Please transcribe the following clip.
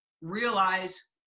realize